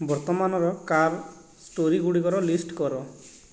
ବର୍ତ୍ତମାନର car story ଗୁଡ଼ିକର list କର